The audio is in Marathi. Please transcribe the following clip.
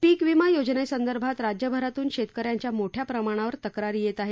पीक विमा योजनेसंदर्भात राज्यभरातून शेतकऱ्यांच्या मोठ्या प्रमाणावर तक्रारी येत आहेत